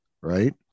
right